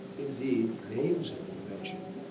indeed, names have been mentioned.